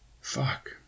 Fuck